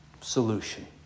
solution